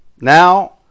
Now